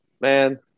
man